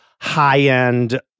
high-end